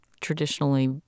traditionally